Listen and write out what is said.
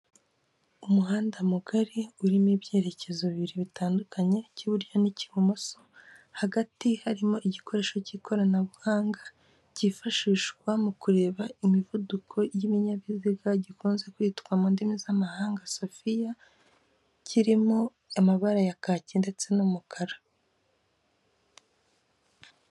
Umuhanda mugari urimo ibyerekezo bibiri bitandukanye cy'iburyo n'icy'ibumoso hagati harimo igikoresho cy'ikoranabuhanga cyifashishwa, mu kureba imivuduko y'ibinyabiziga gikunze kwitwa mu ndimi z'amahanga sofiya kirimo amabara ya kaki ndetse n'umukara.